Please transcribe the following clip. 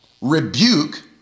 rebuke